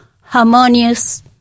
harmonious